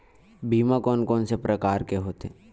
बीमा कोन कोन से प्रकार के होथे?